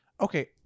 okay